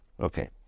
Okay